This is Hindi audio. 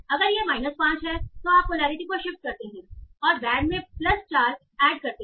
अगर यह माइनस 5 है तो आप पोलैरिटी को शिफ्ट करते हैं और बैड में प्लस 4 ऐड करते हैं